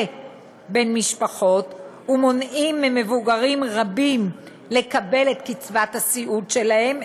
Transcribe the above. בין משפחות ומונעים ממבוגרים רבים לקבל את קצבת הסיעוד שלהם,